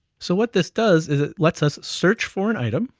so what this does is it lets us search for an item,